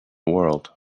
world